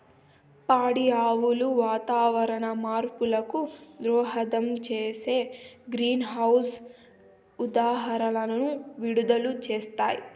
పాడి ఆవులు వాతావరణ మార్పులకు దోహదం చేసే గ్రీన్హౌస్ ఉద్గారాలను విడుదల చేస్తాయి